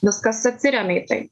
viskas atsiremia į tai